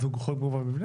אז הוא חורג מגובה המבנה?